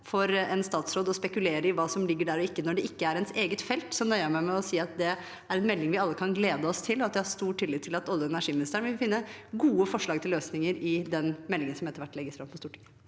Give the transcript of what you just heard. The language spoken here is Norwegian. for en statsråd å spekulere i hva som ligger der når det ikke er ens eget felt, nøyer jeg meg med å si at det er en melding vi alle kan glede oss til, og at jeg har stor tillit til at oljeog energiministeren vil finne gode forslag til løsninger i den meldingen som etter hvert legges fram for Stortinget.